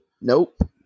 Nope